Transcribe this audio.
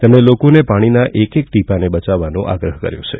તેમણે લોકોને પાણીના એક એક ટીપાંને બચાવવાનો આગ્રહ કર્યો છે